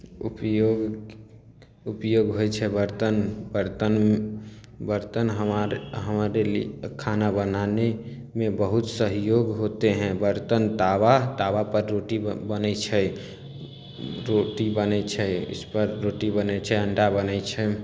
उपयोग उपयोग होइ छै बर्तन बर्तन बर्तन हमार हमारे लिए खाना बनानेमे बहुत सहयोग होते है बरतन तावा तावापर रोटी बनय छै रोटी बनय छै इसपर रोटी बनय छै अण्डा बनय छै